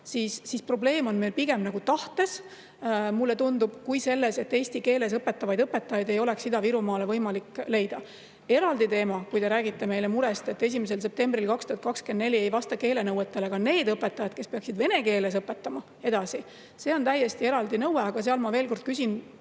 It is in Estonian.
siis probleem on meil pigem tahtes, mulle tundub, kui selles, et eesti keeles õpetavaid õpetajaid ei oleks Ida-Virumaale võimalik leida. Eraldi teema on see, kui te räägite meile murest, et 1. septembril 2024 ei vasta keelenõuetele ka need õpetajad, kes peaksid vene keeles edasi õpetama. See on täiesti eraldi nõue. Aga ma veel kord [ütlen]